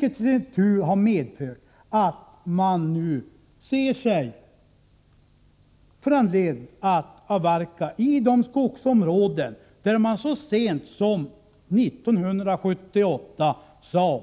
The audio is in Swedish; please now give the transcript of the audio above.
Detta har i sin tur medfört att man nu ser sig föranledd att avverka i de skogsområden där man så sent som 1978 sade: